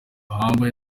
humble